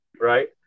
Right